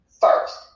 first